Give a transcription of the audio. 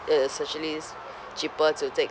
uh is actuallys cheaper to take